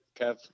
Kev